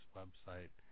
website